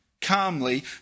calmly